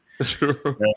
Sure